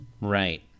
Right